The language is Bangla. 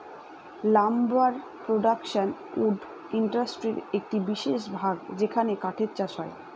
লাম্বার প্রডাকশন উড ইন্ডাস্ট্রির একটি বিশেষ ভাগ যেখানে কাঠের চাষ হয়